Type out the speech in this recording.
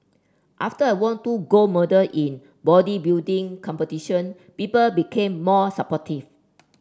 after I won two gold medal in bodybuilding competition people became more supportive